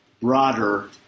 broader